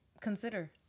consider